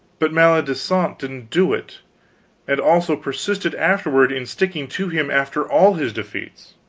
but maledisant didn't do it and also persisted afterward in sticking to him, after all his defeats.